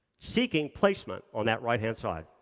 seeking placement on that right-hand side.